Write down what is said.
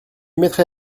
mettrai